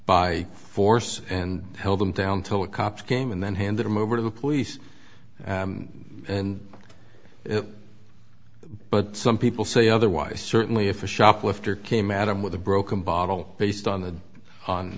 by force and held him down till the cops came and then handed him over to the police and but some people say otherwise certainly if a shoplifter came at him with a broken bottle based on